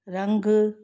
रंगु